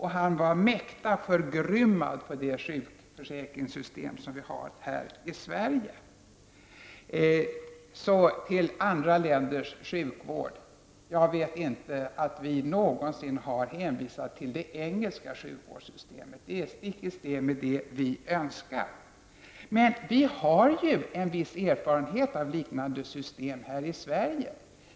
Han var mäkta förgrymmad på det sjukförsäkringssystem som vi har här i Sverige. Så till frågan om andra länders sjukvård. Jag kan inte erinra mig att vi någonsin har hänvisat till det engelska sjukvårdssystemet. Det är stick i stäv med vad vi önskar. Men vi har en viss erfarenhet av liknande system här i Sverige.